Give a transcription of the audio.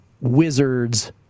Wizards